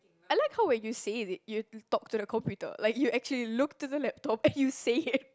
I like how when you say it you you talk to the computer like you actually look to the laptop and you say it